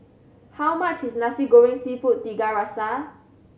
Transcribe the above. how much is Nasi Goreng Seafood Tiga Rasa